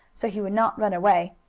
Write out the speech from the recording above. so he would not run away,